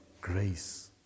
Grace